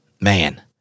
man